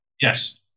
Yes